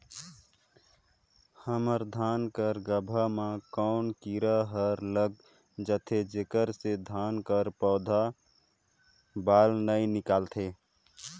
हमर धान कर गाभा म कौन कीरा हर लग जाथे जेकर से धान कर पौधा म बाएल नइ निकलथे?